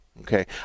Okay